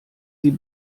sie